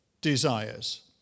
desires